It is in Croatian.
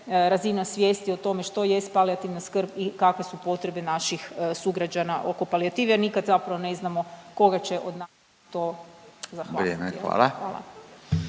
razina svijesti o tome što jest palijativna skrb i kakve su potrebe naših sugrađana oko palijative, a nikad zapravo ne znamo koga će od nas to zahvatiti.